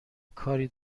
کاری